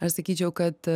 aš sakyčiau kad